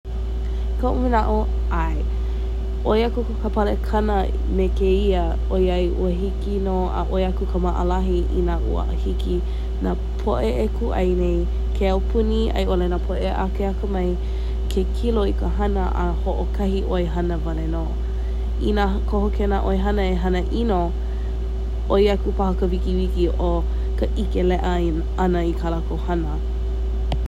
Koʻu manaʻo ʻae, ʻoi aku ka palekana me kēia ʻoiai ua hiki nō a ʻoi aku ka maʻalahi inā ua hiki nā poʻe e kūʻai nei, ke ʻaupuna a i ʻole ka poʻe ʻakeakamai ke kilo i ka hana a hoʻokahi ʻoihana wale nō. Inā koho kēnā ʻoihana e hana ʻino, ʻoi aku paha ka wikiwiki o ka ʻike leʻa ʻana i kā lākou hana.